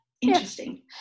interesting